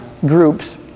groups